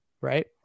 right